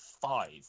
Five